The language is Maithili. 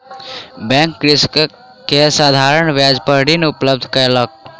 बैंक कृषक के साधारण ब्याज पर ऋण उपलब्ध करौलक